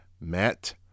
Matt